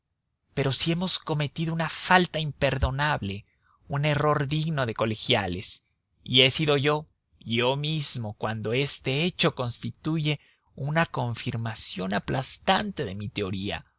pero si hemos cometido una falta imperdonable un error digno de colegiales y he sido yo yo mismo cuando este hecho constituye una confirmación aplastante de mi teoría